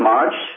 March